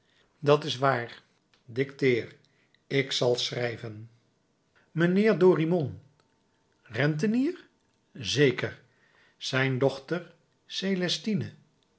dat is waar dicteer ik zal schrijven mijnheer dorimon rentenier zeker zijn dochter